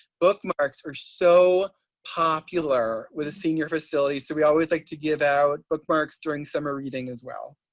bookmarks are so popular with the senior facilities, so we always like to give out bookmarks during summer reading, as well.